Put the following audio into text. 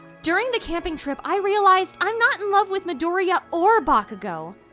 during the camping trip, i realized i'm not in love with midoriya or bakugo.